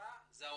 המטרה היא טובת